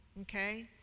Okay